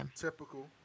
Typical